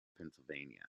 pennsylvania